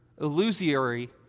illusory